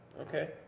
Okay